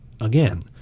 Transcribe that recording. again